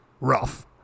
rough